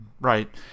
right